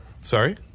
Sorry